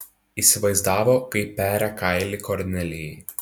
įsivaizdavo kaip peria kailį kornelijai